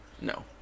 No